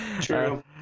True